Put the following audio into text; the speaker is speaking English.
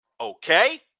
Okay